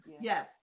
Yes